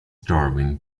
darwin